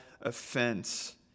offense